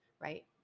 right